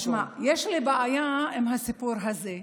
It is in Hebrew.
תשמע, יש לי בעיה עם הסיפור הזה.